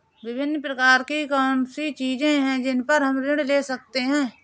विभिन्न प्रकार की कौन सी चीजें हैं जिन पर हम ऋण ले सकते हैं?